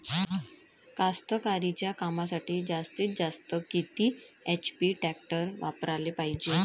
कास्तकारीच्या कामासाठी जास्तीत जास्त किती एच.पी टॅक्टर वापराले पायजे?